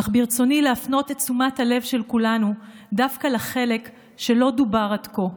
אך ברצוני להפנות את תשומת הלב של כולנו דווקא לחלק שלא דובר עד כה,